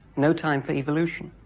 no time for evolution.